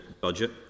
budget